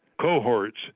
cohorts